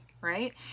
Right